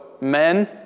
men